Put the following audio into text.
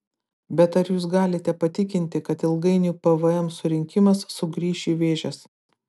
bet ar jūs galite patikinti kad ilgainiui pvm surinkimas sugrįš į vėžes